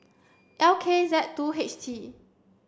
L K Z two H T